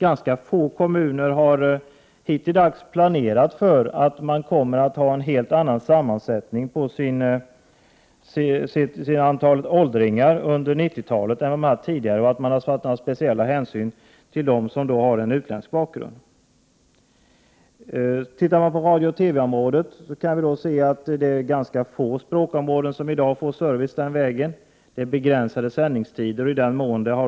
Ganska få kommuner har hittills planerat för att de kommer att få en helt annan sammansättning i fråga om antalet åldringar under 90-talet än tidigare och för att speciella hänsyn måste tas till dem som har en utländsk bakgrund. På radiooch TV-området finner man att ganska få språkområden får service därifrån. Sändningstiderna är begränsade.